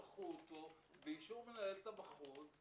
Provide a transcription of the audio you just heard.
שלחו אותו באישור מנהלת המחוז,